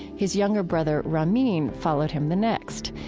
his younger brother, ramin, followed him the next.